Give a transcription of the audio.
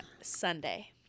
Sunday